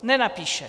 Nenapíše.